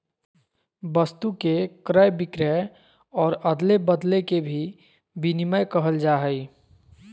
वस्तु के क्रय विक्रय और अदले बदले के भी विनिमय कहल जाय हइ